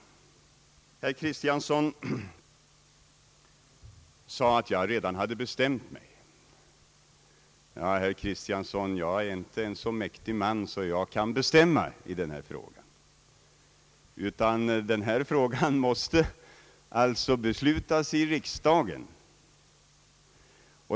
Herr Kristiansson sade att jag redan hade bestämt mig. Jag är, herr Kristiansson, inte en så mäktig man att jag kan bestämma i den här frågan, utan beslut måste fattas i riksdagen.